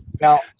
Now